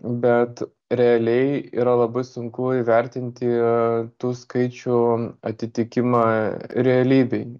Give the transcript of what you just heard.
bet realiai yra labai sunku įvertinti tų skaičių atitikimą realybei